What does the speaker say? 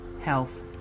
health